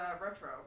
retro